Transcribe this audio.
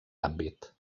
àmbit